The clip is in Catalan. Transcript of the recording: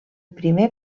primer